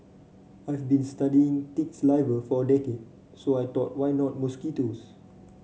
I've been studying tick saliva for a decade so I thought why not mosquitoes